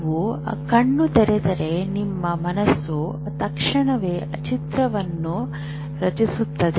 ನೀವು ಕಣ್ಣು ತೆರೆದರೆ ನಿಮ್ಮ ಮನಸ್ಸು ತಕ್ಷಣವೇ ಚಿತ್ರವನ್ನು ರಚಿಸುತ್ತದೆ